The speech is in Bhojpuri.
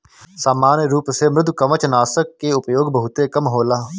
सामान्य रूप से मृदुकवचनाशक के उपयोग बहुते कम होला